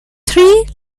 three